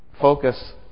focus